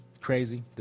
crazy